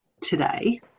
today